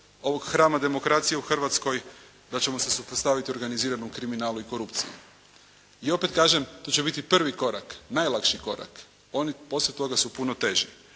ovog hrama demokracije u Hrvatskoj, da ćemo se suprotstaviti organiziranom kriminalu i korupciji. I opet kažem to će biti prvi korak, najlakši korak, oni poslije toga su puno teži.